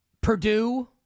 Purdue